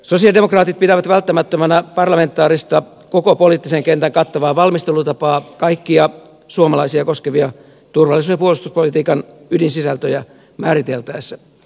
sosialidemokraatit pitävät välttämättömänä parlamentaarista koko poliittisen kentän kattavaa valmistelutapaa kaikkia suomalaisia koskevia turvallisuus ja puolustuspolitiikan ydinsisältöjä määriteltäessä